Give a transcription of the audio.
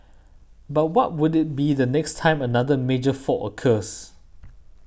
but what would it be the next time another major fault occurs